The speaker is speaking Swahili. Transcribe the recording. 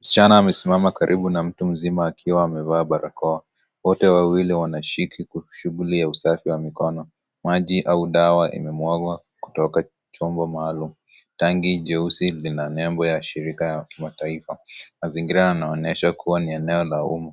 Msichana amesimama karibu na mtu mzima akiwa amevaa barakoa. Wote wawili wanashiriki kwa shughuli ya usafi wa mikono. Maji au dawa imemwagwa kutoka chombo maalum. Tangi jeusi lina nembo ya shirika la kimataifa. Mazingira yanaonyesha kuwa ni eneo ya umma